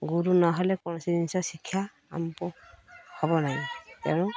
ଗୁରୁ ନହେଲେ କୌଣସି ଜିନିଷ ଶିକ୍ଷା ଆମକୁ ହବ ନାହିଁ ତେଣୁ